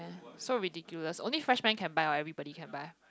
so ridiculous only freshman can buy or everybody can buy